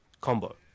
combo